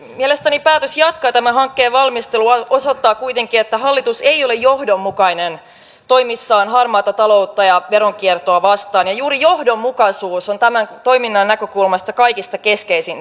mielestäni päätös jatkaa tämän hankkeen valmistelua osoittaa kuitenkin että hallitus ei ole johdonmukainen toimissaan harmaata taloutta ja veronkiertoa vastaan ja juuri johdonmukaisuus on tämän toiminnan näkökulmasta kaikista keskeisintä